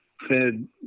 fed